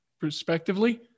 respectively